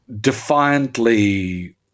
defiantly